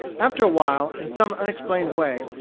after a while, in some unexplained way,